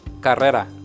Carrera